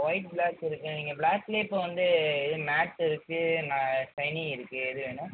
white black இருக்கும் நீங்கள் பிளாக்குலேயே இப்போ வந்து இது மேட் இருக்குது ஷைனிங் இருக்குது எது வேணும்